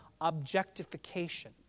objectification